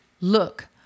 look